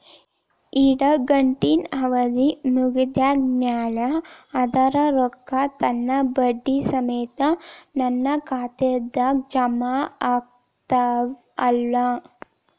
ಇಡಗಂಟಿನ್ ಅವಧಿ ಮುಗದ್ ಮ್ಯಾಲೆ ಅದರ ರೊಕ್ಕಾ ತಾನ ಬಡ್ಡಿ ಸಮೇತ ನನ್ನ ಖಾತೆದಾಗ್ ಜಮಾ ಆಗ್ತಾವ್ ಅಲಾ?